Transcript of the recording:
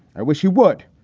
i wish you would.